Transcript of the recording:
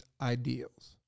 ideals